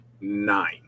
Nine